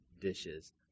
dishes